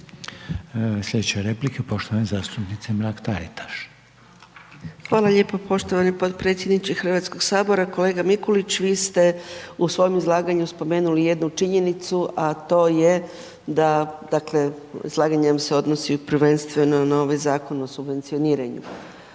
Sljedeća je replika poštovane zastupnice Mrak Taritaš. **Mrak-Taritaš, Anka (GLAS)** Hvala lijepa poštovani potpredsjedniče Hrvatskoga sabora. Kolega Mikulić vi ste u svom izlaganju spomenuli jednu činjenicu a to je da dakle izlaganje se odnosi prvenstveno na ovaj Zakon o subvencioniranju,